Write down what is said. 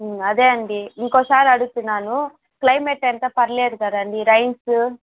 అదే అండీ ఇంకోసారి అడుగుతున్నాను క్లైమేట్ అంతా పర్లేదు కదండీ రైన్సు